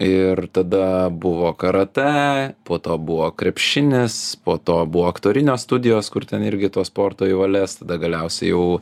ir tada buvo karatė po to buvo krepšinis po to buvo aktorinio studijos kur ten irgi to sporto į valias tada galiausiai jau